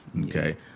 Okay